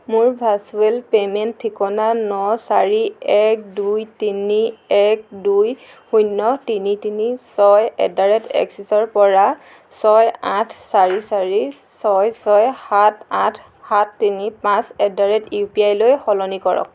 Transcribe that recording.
মোৰ virtual payment ঠিকনা ন চাৰি এক দুই তিনি এক দুই শূন্য তিনি তিনি ছয় এট দা ৰেট এক্সিচৰ পৰা ছয় আঠ চাৰি চাৰি ছয় ছয় সাত আঠ সাত তিনি পাঁচ এট দা ৰেট ইউপিআই লৈ সলনি কৰক